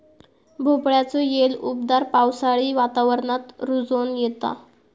भोपळ्याचो येल उबदार पावसाळी वातावरणात रुजोन येता